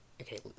okay